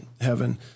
heaven